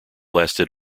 lasted